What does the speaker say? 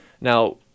Now